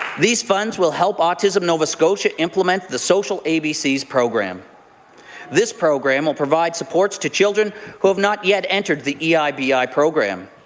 these funds will help autism nova scotia implement the social abcs program this. program will provide support for children who have not yet entered the eibi program.